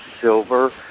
silver